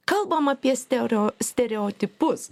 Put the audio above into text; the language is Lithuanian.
kalbam apie steoreo stereotipus